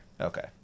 Okay